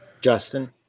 Justin